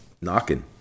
knocking